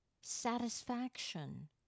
satisfaction